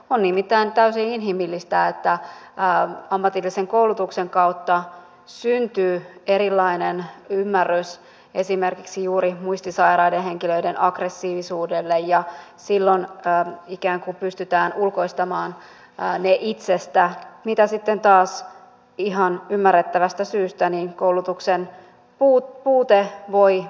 on nimittäin täysin inhimillistä että ammatillisen koulutuksen kautta syntyy erilainen ymmärrys esimerkiksi juuri muistisairaiden henkilöiden aggressiivisuudelle ja silloin ikään kuin pystytään ulkoistamaan ne itsestä mitä sitten taas ihan ymmärrettävästä syystä koulutuksen puute voi vaikeuttaa